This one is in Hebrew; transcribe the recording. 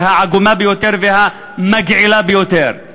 העגומה ביותר והמגעילה ביותר.